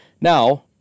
Now